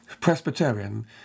Presbyterian